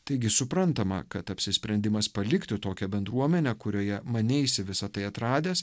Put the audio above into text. taigi suprantama kad apsisprendimas palikti tokią bendruomenę kurioje maneisi visa tai atradęs